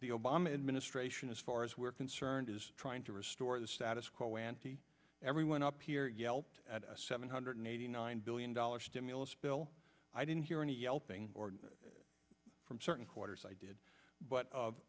obama administration as far as we're concerned is trying to restore the status quo ante everyone up here yelped at seven hundred eighty nine billion dollars stimulus bill i didn't hear any yelping or from certain quarters i did but